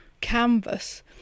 canvas